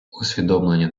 усвідомлення